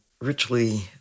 richly